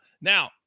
Now